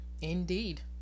Indeed